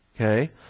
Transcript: Okay